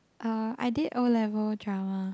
uh I did O-level drama